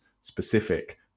specific